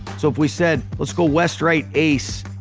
so if we said let's go west right ace,